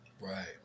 Right